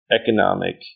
economic